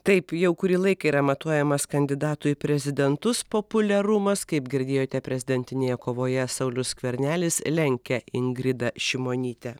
taip jau kurį laiką yra matuojamas kandidatų į prezidentus populiarumas kaip girdėjote prezidentinėje kovoje saulius skvernelis lenkia ingridą šimonytę